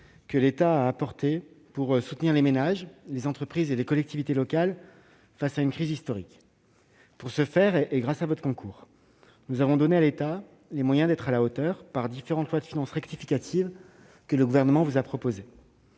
que l'État a apportée pour soutenir les ménages, les entreprises et les collectivités locales face à une crise historique. Pour ce faire, et grâce à votre concours, nous avons donné à l'État les moyens d'être à la hauteur, par les différentes lois de finances rectificatives que le Gouvernement vous a proposées.